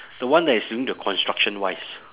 the one that is doing the construction wise